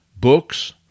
books